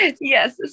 Yes